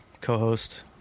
co-host